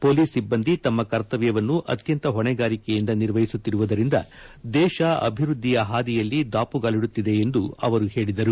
police ಸಿಬ್ಬಂದಿ ತಮ್ಮ ಕರ್ತವ್ಯವನ್ನು ಅತ್ಯಂತ ಹೊಣೆಗಾರಿಕೆಯಿಂದ ನಿರ್ವಹಿಸುತ್ತಿರುವುದರಿಂದ ದೇಶ ಅಭಿವೃದ್ಧಿಯ ಪಾದಿಯಲ್ಲಿ ದಾಪುಗಾಲಿಡುತ್ತಿದೆ ಎಂದು ಅವರು ಹೇಳಿದರು